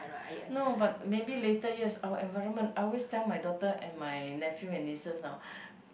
no but maybe later years our environment I always tell my daughter and my nephew and nieces now